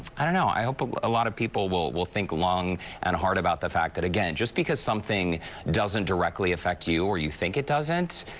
i don't know, i hope a ah lot of people will will think long and hard about the fact that again, just because something doesn't directly affect you or you think it doesn't,